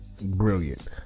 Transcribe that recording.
Brilliant